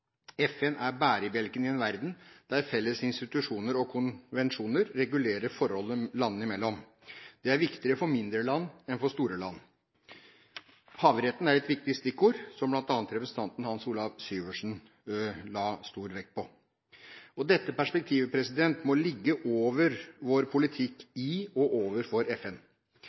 FN er bærebjelken i en verden der felles institusjoner og konvensjoner regulerer forholdet landene imellom. Det er viktigere for mindre land enn for store land. Havretten er et viktig stikkord, som bl.a. representanten Hans Olav Syversen la stor vekt på. Dette perspektivet må ligge over vår politikk i og overfor FN.